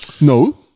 No